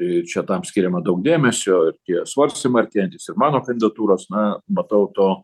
ir čia tam skiriama daug dėmesio ir tie svarstymai artėjantys ir mano kandidatūros na matau to